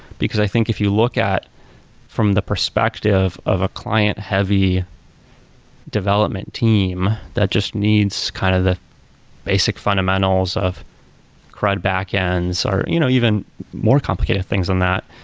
because i think if you look at from the perspective of a client-heavy development team that just needs kind of the basic fundamentals of crud backends, or you know even more complicated things than um that,